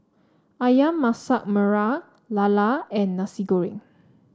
ayam Masak Merah lala and Nasi Goreng